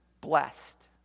blessed